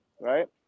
right